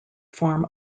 form